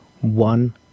one